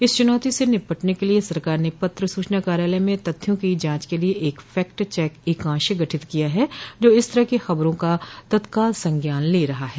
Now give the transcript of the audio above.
इस चूनौती से निपटने के लिए सरकार ने पत्र सूचना कायालय में तथ्यों की जांच के लिए फैक्ट चक एकांश गठित किया है जो इस तरह की खबरों का तत्काल संज्ञान ले रहा है